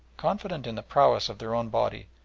confident in the prowess of their own body,